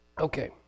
Okay